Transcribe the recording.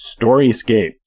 StoryScape